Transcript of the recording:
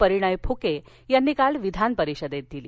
परिणय फुके यांनी काल विधान परिषदेत दिली